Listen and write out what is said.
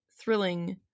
thrilling